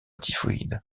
typhoïde